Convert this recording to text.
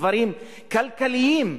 דברים כלכליים,